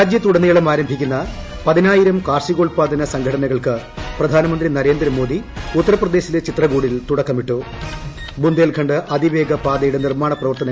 രാജ്യത്തുടനീളം ആരംഭിക്കുന്ന പ്രതിനായിരം കാർഷികോത്പാദന സംഘടനകൾക്ക് പ്രധാനമന്ത്രി നരേന്ദ്രമോദി ഉത്തർപ്രദ്ദേശീല്ല ചിത്രകൂടിൽ തുടക്കമിട്ടു ബുന്ധേൽഖണ്ഡ് അതിവേഗ് പാതയുടെ നിർമ്മാണ പ്രവർത്തനങ്ങൾക്ക് തുടക്കം